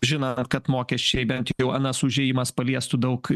žinat kad mokesčiai bent jau anas užėjimas paliestų daug